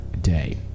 day